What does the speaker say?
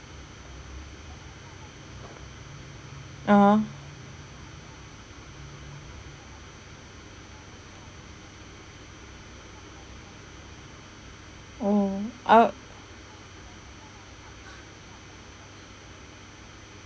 (uh huh) oh uh